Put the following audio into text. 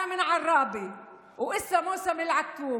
(אומרת בערבית: אני מעראבה, ועכשיו עונת העכוב.